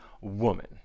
woman